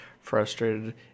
frustrated